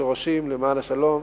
שורשים של השלום,